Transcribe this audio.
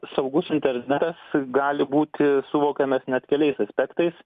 saugus internetas gali būti suvokiamas net keliais aspektais